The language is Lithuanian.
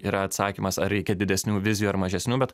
ir atsakymas ar reikia didesnių vizijų ar mažesnių bet